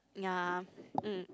ya mm